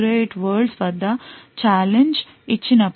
08వోల్ట్స్ వద్ద ఛాలెంజ్ ఇచ్చినప్పుడు